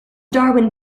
darwin